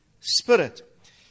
spirit